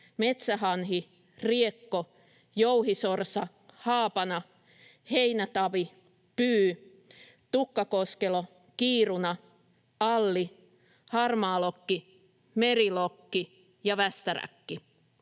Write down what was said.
metsähanhi, riekko, jouhisorsa, haapana, heinätavi, pyy, tukkakoskelo, kiiruna, alli, harmaalokki, merilokki ja västäräkki.